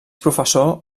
professor